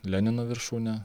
lenino viršūnę